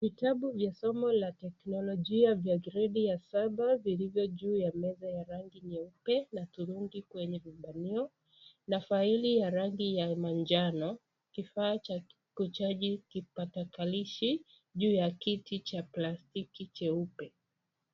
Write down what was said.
Vitabu vya somo la tekinologia vya gredi ya saba vilivyo juu ya meza nyeupe na turungi kwenye vibanio, na faili ya rangi ya manjano, kifaa cha kuchaji kipakatalishi, juu ya kiti cha plastiki cheupe.